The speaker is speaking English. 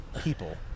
people